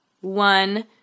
one